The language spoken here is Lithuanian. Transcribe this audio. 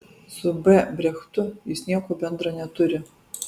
su b brechtu jis nieko bendra neturi